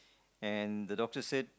and the doctor said